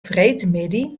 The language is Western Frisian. freedtemiddei